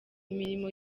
mirimo